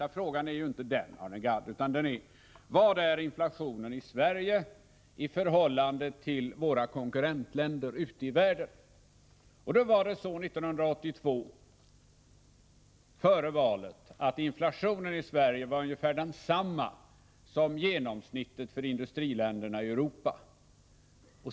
Det är dock inte den intressanta frågan, Arne Gadd, utan den är: Vad är inflationen i Sverige i förhållande till inflationen i våra konkurrensländer ute i världen? 1982, före valet, var inflationen i Sverige ungefär densamma som genomsnittet för industriländerna i Europa.